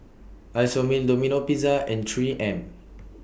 Isomil Domino Pizza and three M